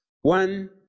One